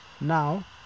Now